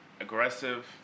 aggressive